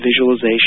visualization